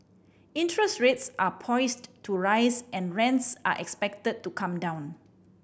interest rates are poised to rise and rents are expected to come down